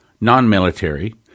non-military